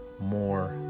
more